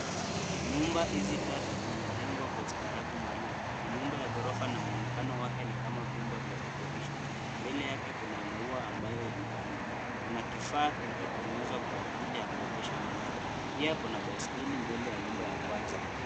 Nyumba hizi tatu zimejengwa kwa ustaarabu maalum. Ni nyumba ya gorofa na muonekano wake ni kama vyumba vya kukodishwa. Mbele yake Kuna maua ambayo yamepandwa. Kuna kifaa kilichotengenezwa kwa ajili ya kuegesha magari, pia Kuna baiskeli mbili ya nyumba ya kwanza.